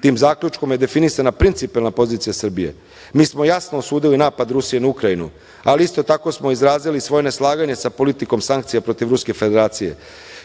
Tim zaključkom je definisana principijelna pozicija Srbije. Mi smo jasno osudili napad Rusije na Ukrajinu, ali isto tako smo izrazili svoje neslaganje sa politikom sankcija protiv Ruske Federacije